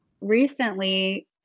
Recently